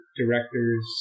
directors